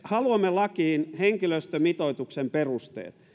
haluamme lakiin henkilöstömitoituksen perusteet